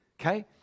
Okay